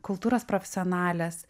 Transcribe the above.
kultūros profesionalės